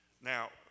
Now